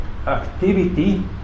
activity